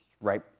right